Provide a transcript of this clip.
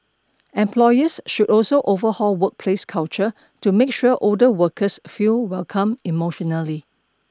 employers should also overhaul workplace culture to make sure older workers feel welcome emotionally